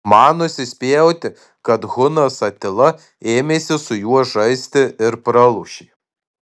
man nusispjauti kad hunas atila ėmėsi su juo žaisti ir pralošė